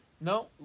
no